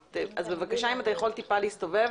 ה-20 כאשר הקמנו ועדת משנה לנושא כבאות והצלה בראשה